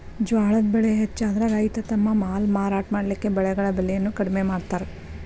ಜ್ವಾಳದ್ ಬೆಳೆ ಹೆಚ್ಚಾದ್ರ ರೈತ ತಮ್ಮ ಮಾಲ್ ಮಾರಾಟ ಮಾಡಲಿಕ್ಕೆ ಬೆಳೆಗಳ ಬೆಲೆಯನ್ನು ಕಡಿಮೆ ಮಾಡತಾರ್